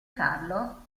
farlo